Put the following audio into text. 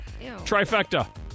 Trifecta